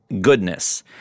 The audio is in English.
goodness